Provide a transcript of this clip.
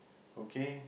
okay